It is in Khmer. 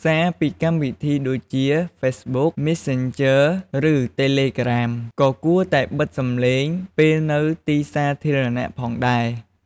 សារពីកម្មវិធីដូចជា ហ្វេសបុក (Facebook) មេសសេនជឺ (Messanger) ឬ តេលេក្រាម (Telagram) ក៏គួរតែបិទសំឡេងពេលនៅទីសាធារណៈផងដែរ។